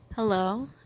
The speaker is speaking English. Hello